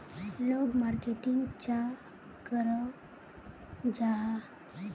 लोग मार्केटिंग चाँ करो जाहा?